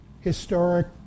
historic